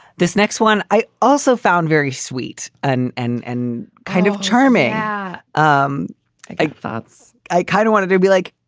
this next one. i also found very sweet and and and kind kind of charming yeah um like thoughts. i kind of wanted to be like,